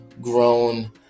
grown